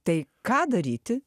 tai ką daryti